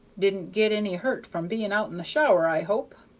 didn't get any hurt from being out in the shower, i hope?